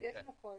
יש מוחות.